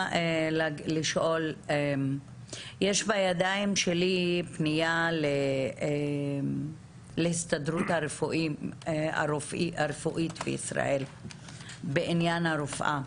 יש בידיים שלי פנייה להסתדרות הרפואית בישראל בעניין הרופאה.